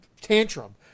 tantrum